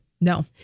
no